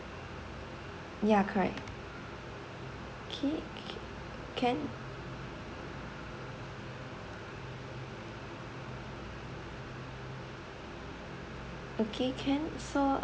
yeah correct okay can okay can so